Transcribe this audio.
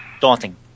daunting